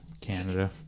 Canada